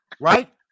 Right